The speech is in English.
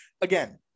again-